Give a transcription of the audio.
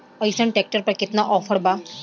अइसन ट्रैक्टर पर केतना ऑफर बा?